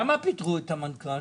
למה פיטרו את המנכ"ל?